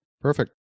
Perfect